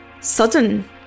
sudden